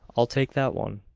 i'll take that one.